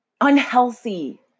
unhealthy